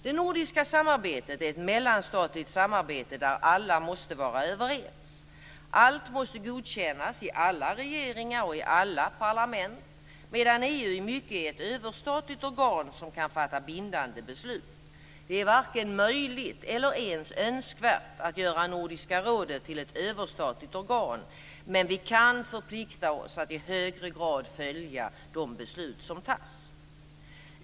Det nordiska samarbetet är ett mellanstatligt samarbete där alla måste vara överens. Allt måste godkännas i alla regeringar och i alla parlament, medan EU i mycket är ett överstatligt organ, som kan fatta bindande beslut. Det är varken möjligt eller ens önskvärt att göra Nordiska rådet till ett överstatligt organ, men vi kan förplikta oss att i högre grad följa de beslut som tas.